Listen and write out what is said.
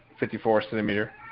54-centimeter